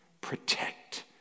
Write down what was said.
protect